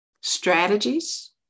strategies